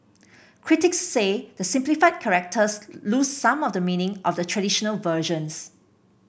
critics say the simplified characters lose some of the meaning of the traditional versions